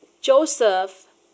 Joseph